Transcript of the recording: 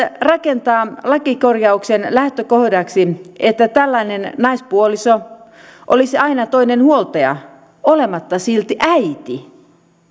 rakentaa lakikorjauksen lähtökohdaksi että tällainen naispuoliso olisi aina toinen huoltaja olematta silti äiti